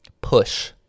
push